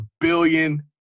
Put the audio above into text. billion